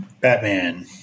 Batman